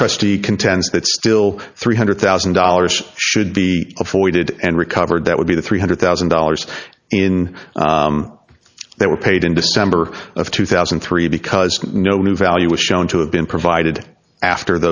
trustee contends that still three hundred thousand dollars should be avoided and recovered that would be the three hundred thousand dollars in that were paid in december of two thousand and three because no new value was shown to have been provided after